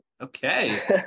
Okay